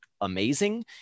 amazing